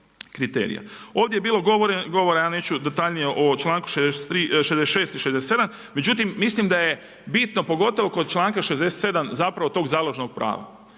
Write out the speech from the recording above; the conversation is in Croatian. Ovdje je bilo govora, ja neću detaljnije o članku 66. i 67. Međutim, mislim da je bitno pogotovo kod članka 67. zapravo to založnog prava.